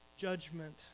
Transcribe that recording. judgment